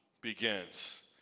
begins